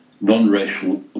non-racial